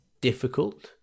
difficult